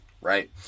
right